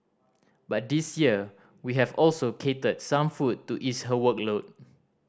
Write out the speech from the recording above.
but this year we have also catered some food to ease her workload